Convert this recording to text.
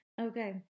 Okay